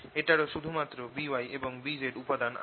এটারও শুধু মাত্র By এবং Bz উপাদান আছে